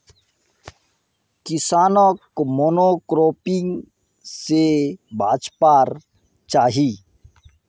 किसानोक मोनोक्रॉपिंग से बचवार चाही